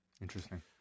Interesting